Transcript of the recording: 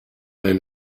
were